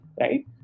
right